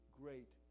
great